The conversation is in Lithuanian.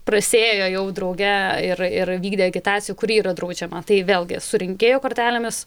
prasiėjo jau drauge ir ir vykdė agitaciją kuri yra draudžiama tai vėlgi su rinkėjo kortelėmis